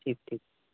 ٹھیک ٹھیک